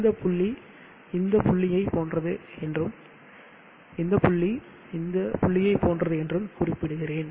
இந்த புள்ளி இந்த புள்ளியைப் போன்றது என்றும் இந்த புள்ளி இந்த புள்ளியைப் போன்றது என்றும் குறிப்பிடுகிறேன்